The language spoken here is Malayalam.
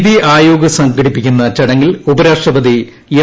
നിതി ആയോഗ് സംഘടിപ്പിക്കുന്ന ചടങ്ങിൽ ഉപരാഷ്ട്രപതി എം